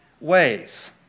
ways